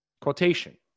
quotation